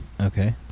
Okay